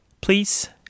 please